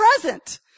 present